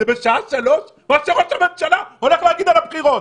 שבשעה שלוש ראש הממשלה הולך לדבר על הבחירות,